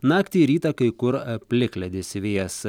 naktį rytą kai kur plikledis vėjas